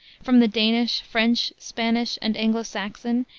from the danish, french, spanish and anglo-saxon,